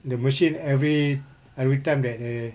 their machine every everytime that eh